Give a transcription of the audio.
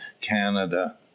Canada